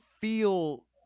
feel